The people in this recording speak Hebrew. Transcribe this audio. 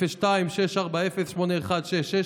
02-6408166,